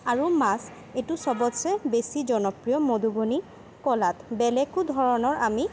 আৰু মাছ এইটো চবতচে বেছি জনপ্ৰিয় মধুবনী কলাত বেলেগো ধৰণৰ আমি